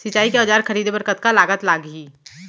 सिंचाई के औजार खरीदे बर कतका लागत लागही?